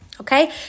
Okay